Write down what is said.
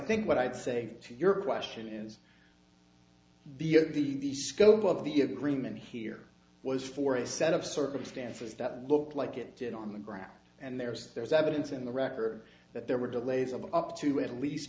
think what i'd say to your question is beyond the the scope of the agreement here was for a set of circumstances that looked like it did on the ground and there's there's evidence in the record that there were delays of up to at least